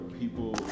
people